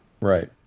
Right